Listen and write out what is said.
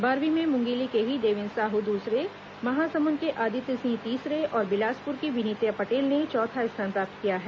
बारहवीं में मुंगेली के ही देवेन्द्र साहू दूसरे महासमुंद के आदित्य सिंह तीसरे और बिलासपुर की विनीता पटेल ने चौथा स्थान प्राप्त किया है